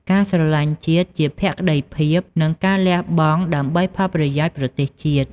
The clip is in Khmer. ការស្រឡាញ់ជាតិជា ភក្ដីភាព និងការលះបង់ដើម្បីផលប្រយោជន៍ប្រទេសជាតិ។